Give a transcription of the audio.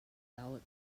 ballot